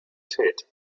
tätig